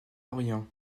orient